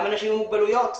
גם אנשים עם מוגבלויות,